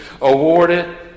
awarded